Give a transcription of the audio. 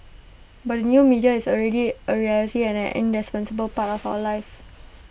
but the new media is already A reality and an indispensable part of our lives